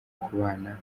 kubana